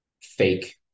fake